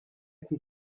open